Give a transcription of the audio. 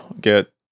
get